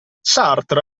sartre